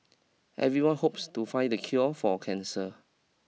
everyone hopes to find the cure for cancer